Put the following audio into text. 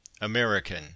American